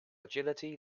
agility